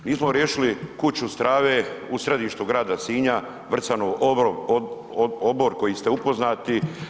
Nismo riješili kuću strave u središtu grada Sinja, Vrcanov obor koji ste upoznati.